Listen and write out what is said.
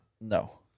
No